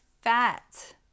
fat